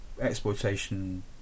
exploitation